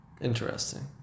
Interesting